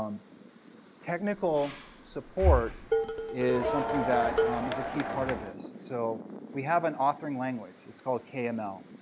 um technical support is something that um is a key part of this. so we have an authoring language. it's called kml.